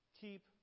Keep